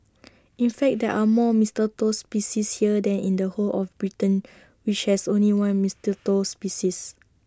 in fact there are more mistletoe species here than in the whole of Britain which has only one mistletoe species